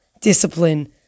discipline